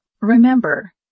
Remember